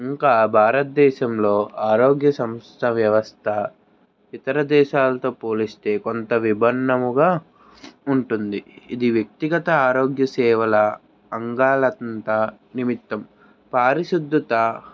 ఇంకా భారతదేశంలో ఆరోగ్య సంస్థ వ్యవస్థ ఇతర దేశాలతో పోలిస్తే కొంత విభిన్నముగా ఉంటుంది ఇది వ్యక్తిగత ఆరోగ్య సేవల అంగాలంతా నిమిత్తం పారిశుద్ధత